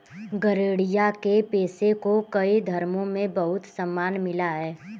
गरेड़िया के पेशे को कई धर्मों में बहुत सम्मान मिला है